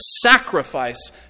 sacrifice